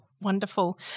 Wonderful